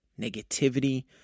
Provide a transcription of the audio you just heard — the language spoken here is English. negativity